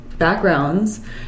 backgrounds